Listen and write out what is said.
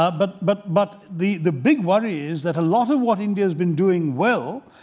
ah but but but the the big worry is that a lot of what india's been doing well